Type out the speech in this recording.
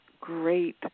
great